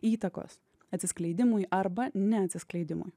įtakos atsiskleidimui arba neatsiskleidimui